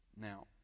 Now